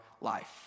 life